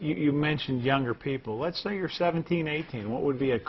you mentioned younger people let's say you're seventeen eighteen what would be a